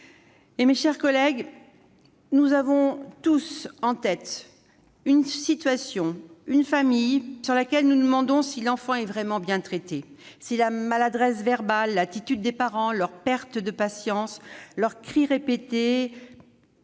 Mes chers collègues, nous avons tous en tête une famille, une situation pour lesquelles nous nous demandons si l'enfant est vraiment bien traité, si la maladresse verbale, l'attitude des parents, leur perte de patience, leurs cris répétés